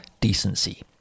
decency